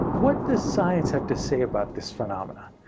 what does science have to say about this phenomenon.